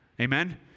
amen